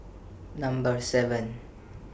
Number seven